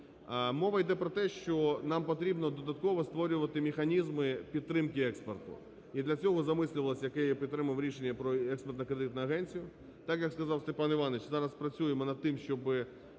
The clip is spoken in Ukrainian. Мова йде про те, що нам потрібно додатково створювати механізми підтримки експорту. І для цього замислювалось, яке я підтримав, рішення про Експортно-кредитну агенцію. Так, як сказав Степан Іванович, зараз працюємо над тим, щоб